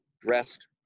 dressed